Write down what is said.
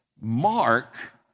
Mark